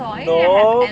no